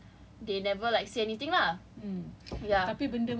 but apparently like they were doing like internal investigations all along but they just